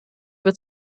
wird